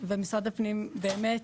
ומשרד הפנים באמת,